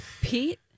Pete